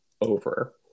over